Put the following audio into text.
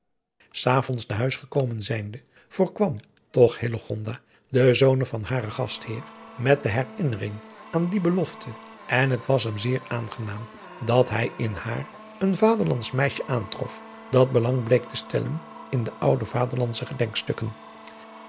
s avonds te huis gekomen zijnde voorkwam toch hillegonda den zonen van haren gastheer met de herinnering aan die belofte en het was hem zeer aangenaam dat hij in haar een vaderlandsch meisje aantrof dat belang bleek te stellen in de oude